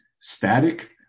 static